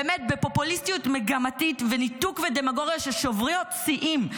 באמת בפופוליסטיות מגמתית וניתוק ודמגוגיה ששוברים שיאים,